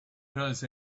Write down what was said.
does